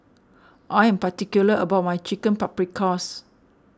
I am particular about my Chicken Paprikas